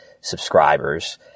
subscribers